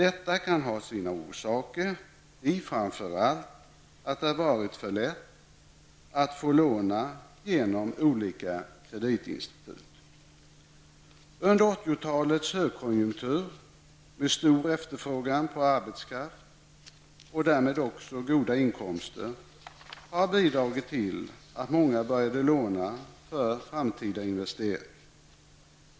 En av de viktigaste orsakerna är att det har varit för lätt att låna genom olika kreditinstitut. 80-talets högkonjunktur med stor efterfrågan på arbetskraft och därmed också goda inkomster har bidragit till att många började låna för framtida investeringar.